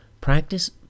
Practice